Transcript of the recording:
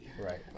Right